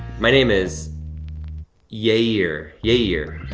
my name is yayer, yayer.